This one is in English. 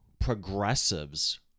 Progressives